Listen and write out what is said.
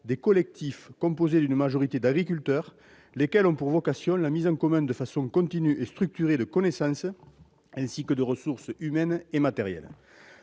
« collectifs composés d'une majorité d'agriculteurs, lesquels ont pour vocation la mise en commun de façon continue et structurée de connaissances, ainsi que de ressources humaines et matérielles